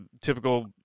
typical